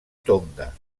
tonga